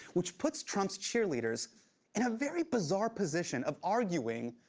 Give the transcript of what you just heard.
which puts trump's cheerleaders in a very bizarre position of arguing.